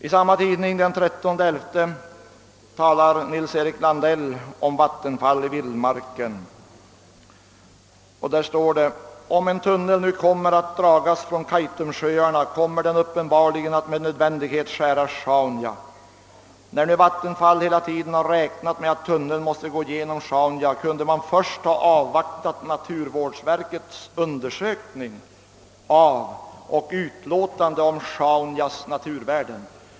I samma tidning skriver den 13 november Nils-Erik Landell under rubriken »Vattenfall i vildmarken» bl.a. följande: »Om en tunnel nu kommer att dragas från Kaitumsjöarna kommer den uppenbarligen att med nödvändighet skära Sjaunja. När nu Vattenfall hela tiden har räknat med att tunneln måste gå genom Sjaunja kunde man först ha avvaktat naturvårdsverkets undersökning av och utlåtande om Sjaunjas naturvärden.